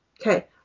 okay